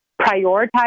prioritize